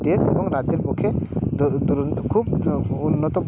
দেশ এবং রাজ্যের পক্ষে খুব উন্নত